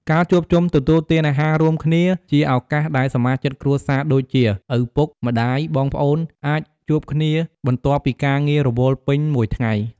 ការជួបជុំទទួលទានអាហាររួមគ្នា ជាឱកាសដែលសមាជិកគ្រួសារដូចជា ឪពុក ម្តាយ បងប្អូន អាចជួបគ្នា បន្ទាប់ពីការងាររវល់ពេញមួយថ្ងៃ។